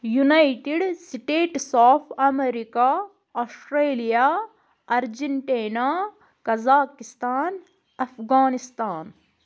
United States of America Australia Argentina Kazakhstan Afghanistan